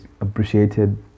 appreciated